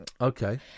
Okay